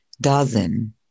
dozen